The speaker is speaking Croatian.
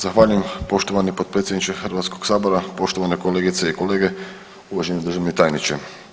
Zahvaljujem poštovani potpredsjedniče Hrvatskoga sabora, poštovane kolegice i kolege, uvaženi državni tajniče.